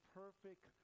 perfect